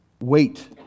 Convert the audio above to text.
Wait